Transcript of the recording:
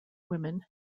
women